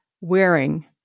wearing